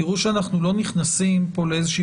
תראו שאנחנו לא נכנסים כאן לאיזושהי